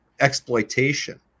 exploitation